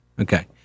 Okay